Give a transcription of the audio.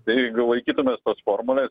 tai jeigu laikytumės tos formulės